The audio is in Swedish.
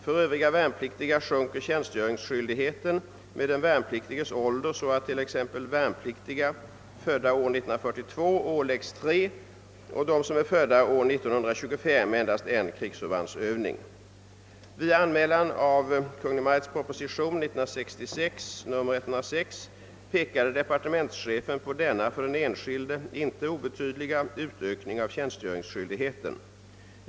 För övriga värnpliktiga sjunker tjänstgöringsskyldigheten med den värnpliktiges ålder så att t.ex. värnpliktiga födda år 1942 åläggs tre och de som är födda år 1925 endast en krigsförbandsövning. Vid anmälan av Kungl. Maj:ts proposition 1966:106 pekade departementschefen på denna för den enskilde inte obetydliga utökning av tjänstgöringsskyldigheten.